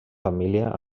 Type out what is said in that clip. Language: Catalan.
família